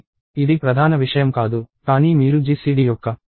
ఇది ప్రధాన విషయం కాదు కానీ మీరు GCD యొక్క ఈ భావనను చూడాలని మేము కోరుకుంటున్నాము